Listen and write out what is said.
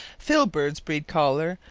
filberds breed chollar,